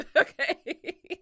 Okay